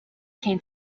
came